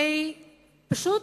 היא פשוט,